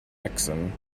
nixon